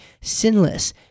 sinless